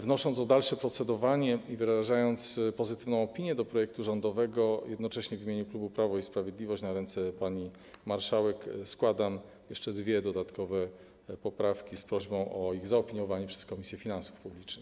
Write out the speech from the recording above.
Wnosząc o dalsze procedowanie i wyrażając pozytywną opinię o projekcie rządowym, jednocześnie w imieniu klubu Prawo i Sprawiedliwość na ręce pani marszałek składam jeszcze dwie dodatkowe poprawki z prośbą o ich zaopiniowanie przez Komisję Finansów Publicznych.